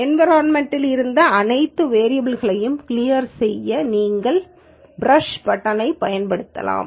environmental இருந்து அனைத்து variable களையும் கிளியர் செய்ய நீங்கள் பிரஸ் பட்டனைப் பயன்படுத்தலாம்